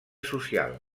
social